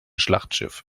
schlachtschiff